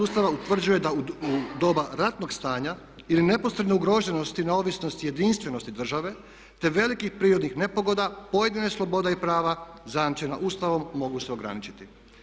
Ustava utvrđuje da u doba ratnog stanja ili neposredne ugroženosti neovisnosti jedinstvenosti države te velikih prirodnih nepogoda pojedine slobode i prava zajamčena Ustavom mogu se ograničiti.